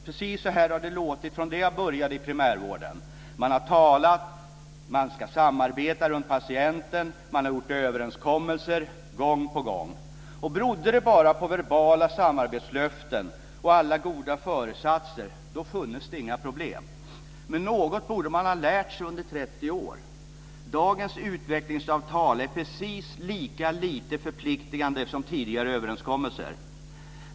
Precis så här har det låtit från det att jag började i primärvården. Man har talat, man ska samarbeta runt patienten, man har gjort överenskommelser, gång på gång. Berodde det bara på de verbala samarbetslöftena och alla goda föresatser funnes det inga problem. Men något borde man ha lärt sig under 30 år. Dagens utvecklingsavtal är precis lika lite förpliktigande som tidigare överenskommelser.